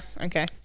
okay